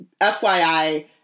FYI